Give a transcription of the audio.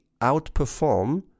outperform